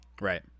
right